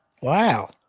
Wow